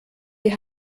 die